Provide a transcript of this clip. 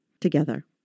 together